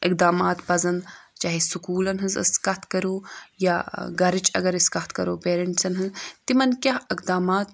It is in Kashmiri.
اِقدامات پَزَن چاہے سکوٗلَن ہٕنٛز ٲسۍ کَتھ کَرو یا گَرٕچ اگر أسۍ کَتھ کَرو پَیرَنٛٹٕسَن ہٕنٛز تِمَن کیاہ اِقدامات